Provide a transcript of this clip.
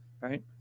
right